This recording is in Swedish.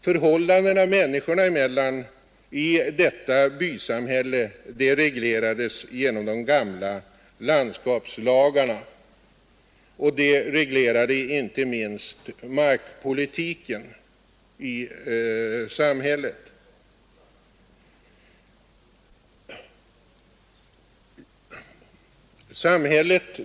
Förhållandena människor emellan i detta bysamhälle reglerades genom de gamla landskapslagarna, och dessa reglerade inte minst markpolitiken i samhället.